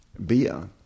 beer